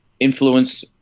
Influence